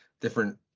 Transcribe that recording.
different